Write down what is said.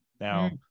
Now